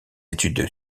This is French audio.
études